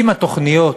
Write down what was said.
אם התוכניות